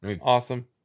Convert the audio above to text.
Awesome